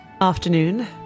afternoon